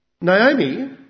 Naomi